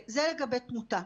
זה לגבי התמותה.